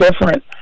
different